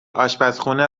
آشپرخونه